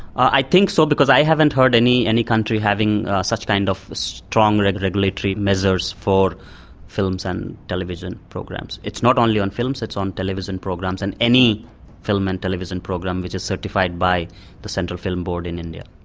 i think so because i haven't heard any any country having such kind of strong regulatory measures for films and television programs. it's not only on films, it's on television programs, and any film and television program which is certified by the centre film board in india.